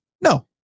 no